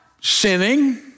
sinning